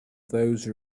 those